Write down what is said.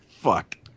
Fuck